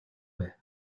байв